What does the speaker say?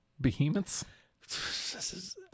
Behemoths